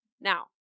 Now